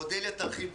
אודליה תרחיב.